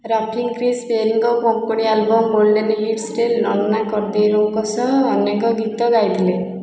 Rafi Chris ପେରିଙ୍କ Konkani album golden ହିଟ୍ସରେ ନନା କର୍ଦେଇରୋଙ୍କ ସହ ଅନେକ ଗୀତ ଗାଇଥିଲେ